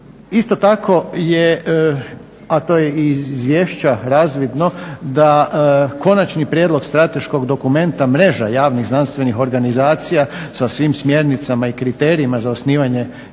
Isto tako je, a to je i iz izvješća razvidno da konačni prijedlog strateškog dokumenta mreža javnih znanstvenih organizacija sa svim smjernicama i kriterijima za osnivanje